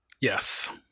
Yes